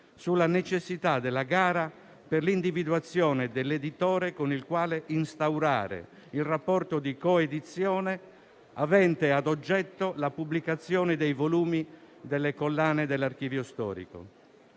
sulla necessità della gara per l'individuazione dell'editore con il quale instaurare il rapporto di coedizione avente ad oggetto la pubblicazione dei volumi delle collane dell'Archivio storico.